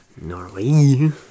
norway